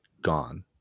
gone